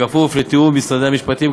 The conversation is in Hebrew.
בכפוף לתיאום עם משרדי המשפטים,